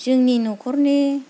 जोंनि न'खरनि